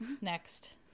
next